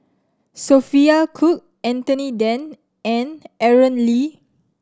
Sophia Cooke Anthony Then and Aaron Lee